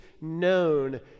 known